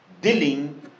dealing